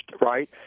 right